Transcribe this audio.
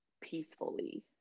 peacefully